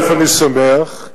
אני שמח,